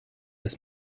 ist